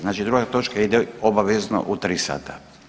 Znači druga točka ide obavezno u tri sata.